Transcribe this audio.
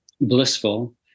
blissful